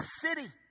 city